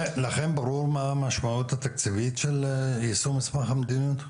לכם ברור מה היא המשמעות התקציבית של יישום מסמך המדיניות?